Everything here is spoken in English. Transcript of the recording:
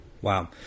Wow